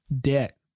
debt